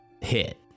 hit